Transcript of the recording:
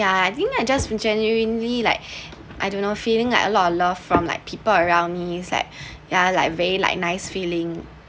ya I think I just genuinely like I don’t know feeling like a lot of love from like people around me is like ya like very like nice feeling